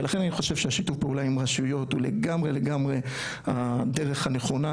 ולכן אני חושב שהשיתוף פעולה עם רשויות הוא לגמרי הדרך הנכונה,